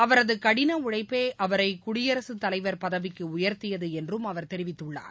அவரது கடின உழைப்பே அவரை குடியரசுத் தலைவர் பதவிக்கு உயர்த்தியது என்றும் அவர் தெரிவித்துள்ளார்